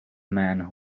man